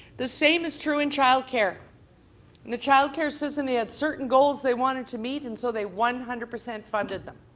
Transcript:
the same is true in child care. in the child care system they had certain goals they wanted to meet and so they one hundred percent funded them.